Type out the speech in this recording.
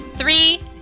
Three